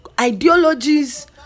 ideologies